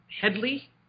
Headley